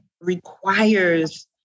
requires